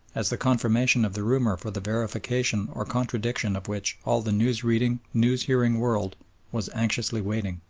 as the confirmation of the rumour for the verification or contradiction of which all the news-reading, news-hearing world was anxiously waiting.